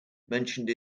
mentioned